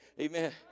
Amen